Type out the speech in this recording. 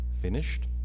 finished